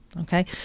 okay